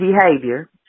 behavior